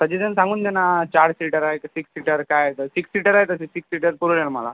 suggestion सांगून द्या नं चार सिटर आहे की सिक्स सिटर काय आहे तर सिक्स सिटर आहे तर सिक्स सिटर पुरेल आम्हाला